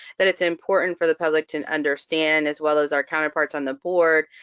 that it's important for the public to understand, as well as our counterparts on the board,